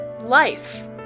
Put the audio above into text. life